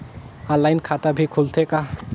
Online खाता भी खुलथे का?